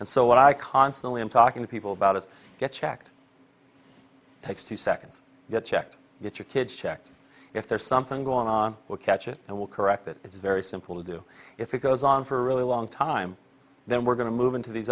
and so what i constantly am talking to people about is get checked takes two seconds get checked get your kids checked if there's something going on we'll catch it and will correct it it's very simple to do if it goes on for a really long time then we're going to move into these